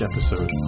episode